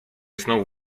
znowu